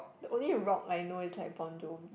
the only rock I know is like Bon-Jovi